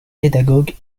pédagogue